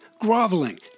groveling